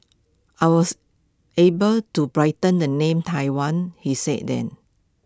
I was able to brighten the name Taiwan he said then